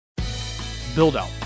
Buildout